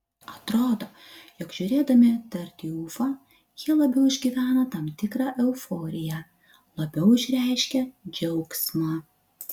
atrodo jog žiūrėdami tartiufą jie labiau išgyvena tam tikrą euforiją labiau išreiškia džiaugsmą